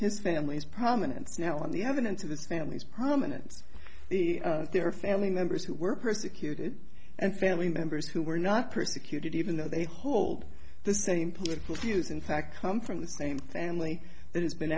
his family's prominence now on the evidence of this family's prominence their family members who were persecuted and family members who were not persecuted even though they hold the same political views in fact come from the same family